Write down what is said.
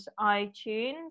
iTunes